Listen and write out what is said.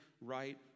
right